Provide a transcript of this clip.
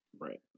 Right